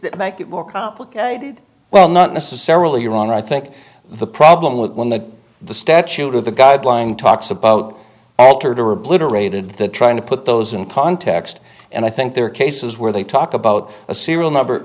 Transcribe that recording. that make it more complicated well not necessarily wrong i think the problem with one like the statute or the guideline talks about altered or obliterated the trying to put those in context and i think there are cases where they talk about a serial number